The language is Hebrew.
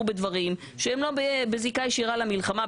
בדברים שהם לא בזיקה ישירה למלחמה,